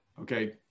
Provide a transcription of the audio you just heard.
Okay